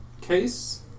case